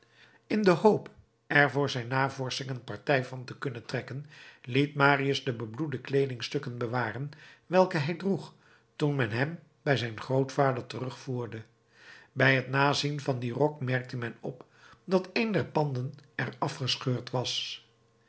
in de hoop er voor zijn navorschingen partij van te kunnen trekken liet marius de bebloede kleedingstukken bewaren welke hij droeg toen men hem bij zijn grootvader terugvoerde bij het nazien van den rok merkte men op dat een der panden er afgescheurd was